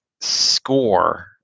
score